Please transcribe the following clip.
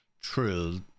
True